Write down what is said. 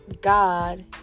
God